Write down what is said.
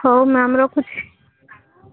ହଉ ମ୍ୟାମ୍ ରଖୁଛି